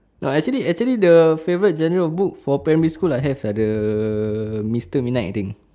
uh actually actually the favourite genre of book for primary school I have mister midnight I think